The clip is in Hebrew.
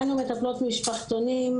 אנו מטפלות משפחתונים,